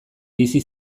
bizi